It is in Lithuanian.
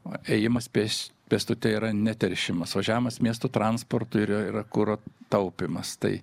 o ėjimas pėsč pėstute yra neteršimas važiavimas miesto transportu yra yra kuro taupymas tai